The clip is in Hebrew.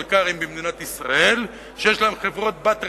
מלכ"רים במדינת ישראל שיש להם חברות-בת רווחיות.